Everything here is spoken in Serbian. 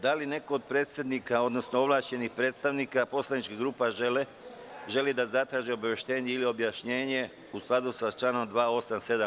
Da li neko od predsednika, odnosno ovlašćenih predstavnika poslaničkih grupa želi da zatraži obaveštenje ili objašnjenje u skladu sa članom 287.